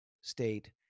state